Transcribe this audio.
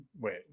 Wait